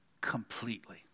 completely